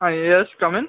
yes come in